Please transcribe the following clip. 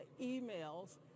emails